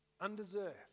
undeserved